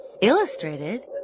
Illustrated